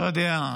לא יודע,